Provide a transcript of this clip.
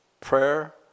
prayer